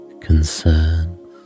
concerns